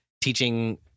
teaching